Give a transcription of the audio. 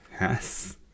Yes